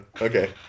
Okay